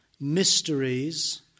mysteries